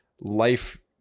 life